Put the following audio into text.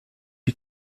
die